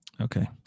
Okay